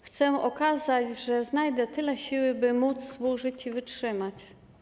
Chcę okazać, że znajdę tyle siły, by móc służyć i wytrzymać.